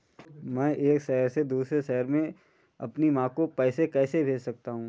मैं एक शहर से दूसरे शहर में अपनी माँ को पैसे कैसे भेज सकता हूँ?